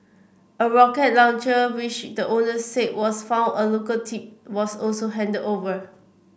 a rocket launcher which the owner said was found a local tip was also handed over